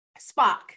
Spock